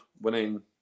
winning